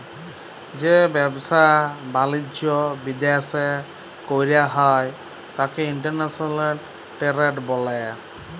যে ব্যাবসা বালিজ্য বিদ্যাশে কইরা হ্যয় ত্যাকে ইন্টরন্যাশনাল টেরেড ব্যলে